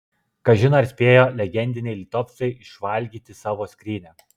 kažin ar spėjo legendiniai litovcai išvalgyti savo skrynią